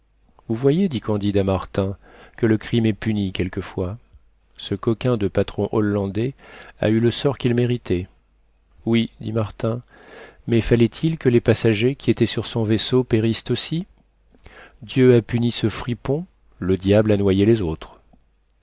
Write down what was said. vous voyez dit candide à martin que le crime est puni quelquefois ce coquin de patron hollandais a eu le sort qu'il méritait oui dit martin mais fallait-il que les passagers qui étaient sur son vaisseau périssent aussi dieu a puni ce fripon le diable a noyé les autres